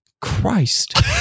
Christ